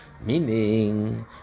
Meaning